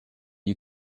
you